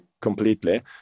completely